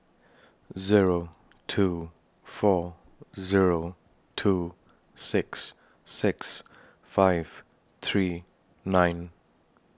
Zero two four Zero two six six five three nine